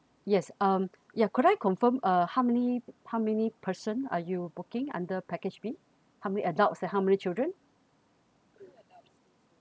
yes um yeah could I confirm uh how many how many person are you booking under package B how many adults and how many children